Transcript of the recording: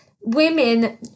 women